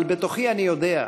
אבל בתוכי אני יודע,